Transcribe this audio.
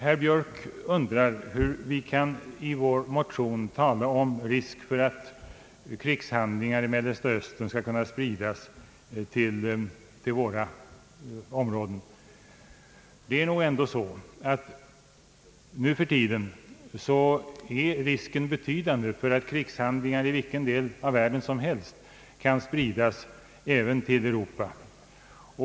Herr Björk undrar hur vi i vår motion kan tala om risk för att krigshandlingar i Mellersta Östern skall kunna spridas till våra områden. Det är ändå så att nu för tiden risken är betydande för att krigshandlingar i vilken del av världen som helst kan spridas även till Europa.